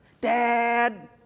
Dad